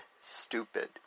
stupid